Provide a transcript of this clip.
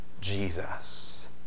Jesus